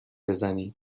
بزنید